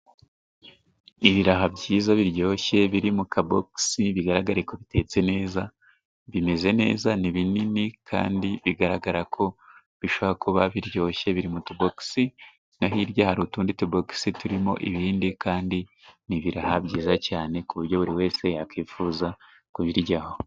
Ibiraha byiza biryoshye biri mu kabogisi bigaragara ko bitetse neza, bimeze neza, ni binini kandi bigaragara ko bishobora kuba biryoshye, biri mutubogisi, no hirya hari utundi tubogisi turimo ibindi kandi ni ibiraha byiza cyane kuburyo buri wese yakwifuza kubiryaho.